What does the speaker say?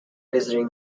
visiting